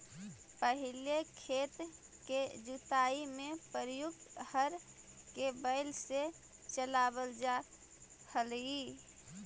पहिले खेत के जुताई में प्रयुक्त हर के बैल से चलावल जा हलइ